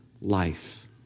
life